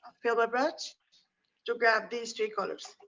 filbert brush to grab these three colors.